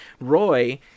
Roy